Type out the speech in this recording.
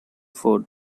food